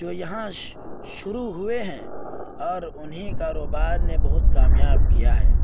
جو یہاں شروع ہوئے ہیں اور انہیں کاروبار نے بہت کامیاب کیا ہے